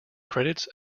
credits